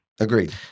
Agreed